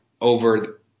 over